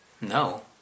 no